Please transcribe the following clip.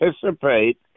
participate